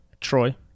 Troy